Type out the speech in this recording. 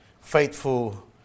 faithful